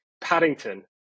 Paddington